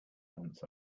months